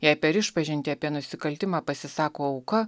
jei per išpažintį apie nusikaltimą pasisako auka